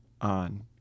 on